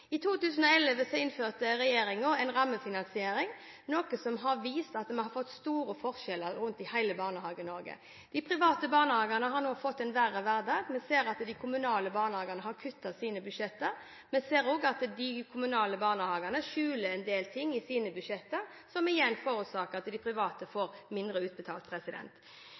I 2011 innførte regjeringen en rammefinansiering, noe som har vist at vi har fått store forskjeller rundt i hele Barnehage-Norge. De private barnehagene har nå fått en verre hverdag. Vi ser at de kommunale barnehagene har kuttet i sine budsjetter. Vi ser også at de kommunale barnehagene skjuler en del ting i sine budsjetter, som igjen forårsaker at de private får mindre utbetalt.